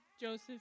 Joseph